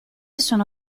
sono